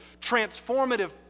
transformative